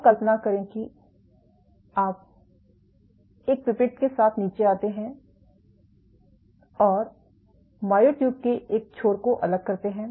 और कल्पना करें कि आप एक पिपेट के साथ नीचे आते हैं और मायोट्यूब के एक छोर को अलग करते हैं